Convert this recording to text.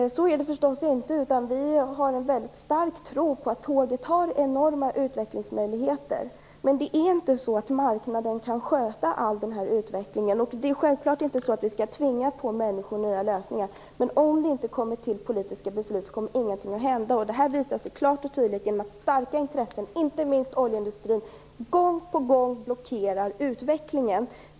Så är det förstås inte. Vi har tvärtom en väldigt stark tro på att tåget har enorma utvecklingsmöjligheter. Marknaden kan dock inte sköta hela den utvecklingen. Självklart skall människor inte påtvingas nya lösningar, men om det inte kommer till politiska beslut så händer ingenting. Detta framgår klart och tydligt. Starka intressen, inte minst oljeindustrin, blockerar ju gång på gång utvecklingen.